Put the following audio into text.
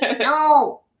No